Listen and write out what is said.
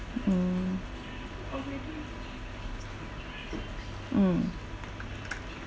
mm mm